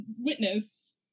witness